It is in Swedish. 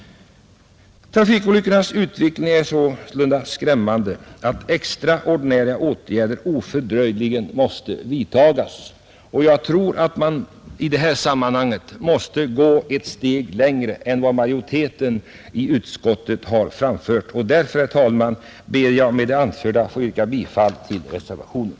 Trafikolyckornas utveckling är så skrämmande att extraordinära åtgärder ofördröjligen måste vidtagas, Jag tror att man i det här sammanhanget måste gå ett steg längre än vad majoriteten i utskottet har gjort. Därför ber jag, herr talman, att med det anförda få yrka bifall till reservationen,